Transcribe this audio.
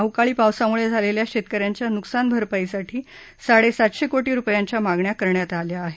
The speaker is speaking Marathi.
अवकाळी पावसामुळे झालेल्या शेतक यांच्या नुकसान भरपाईसाठी साडे सातशे कोटी रुपयांच्या मागण्या करण्यात आल्या आहेत